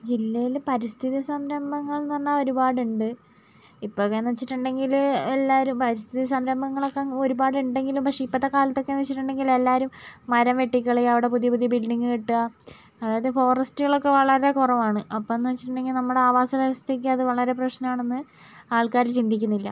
ജില്ലയില് പരിസ്ഥിതി സംരംഭങ്ങൾന്ന് പറഞ്ഞാൽ ഒരുപാടുണ്ട് ഇപ്പൊക്കെന്ന് വെച്ചിട്ടുണ്ടെങ്കില് എല്ലാരും പരിസ്ഥിതി സംരംഭങ്ങളൊക്കെ ഒരുപാട് ഉണ്ടെങ്കിലും പക്ഷേ ഇപ്പത്തെ കാലത്തൊക്കെ എന്ന് വെച്ചിട്ടുണ്ടെങ്കില് എല്ലാരും മരം വെട്ടിക്കളി അവിടെ പുതിയ പുതിയ ബിൽഡിംഗ് കെട്ടാ അതായത് ഫോറസ്റ്റുകളൊക്കെ വളരെ കുറവാണ് അപ്പംന്ന് വെച്ചിട്ടുണ്ടെങ്കില് നമ്മുടെ ആവാസ വ്യവസ്ഥയ്ക്ക് അത് വളരെ പ്രശ്നാണെന്ന് ആൾക്കാര് ചിന്തിക്കുന്നില്ല